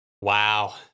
Wow